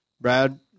Brad